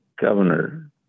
governor